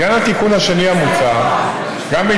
ואין שום ספק שבחודשים האחרונים אנחנו מתחילים